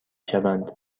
شوند